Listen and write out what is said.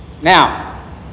now